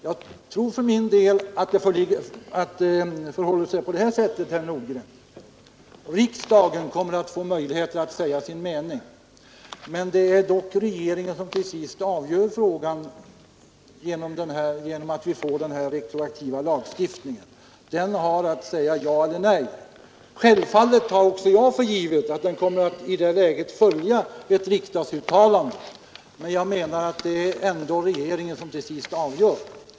Jag tror, herr Nordgren, att det förhåller sig så, att riksdagen kommer att få möjligheter att säga sin mening men att det är regeringen som till sist avgör frågan i kraft av denna retroaktiva lagstiftning. Regeringen har att säga ja eller nej. Självfallet tar även jag för givet att regeringen i det läget kommer att följa ett riksdagsuttalande, men jag menar att det ändå till sist är regeringen som avgör.